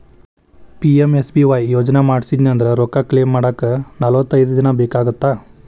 PMSBY ಯೋಜನಾ ಮಾಡ್ಸಿನಂದ್ರ ರೊಕ್ಕ ಕ್ಲೇಮ್ ಮಾಡಾಕ ನಲವತ್ತೈದ್ ದಿನ ಬೇಕಾಗತ್ತಾ